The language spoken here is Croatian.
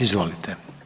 Izvolite.